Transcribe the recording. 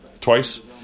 twice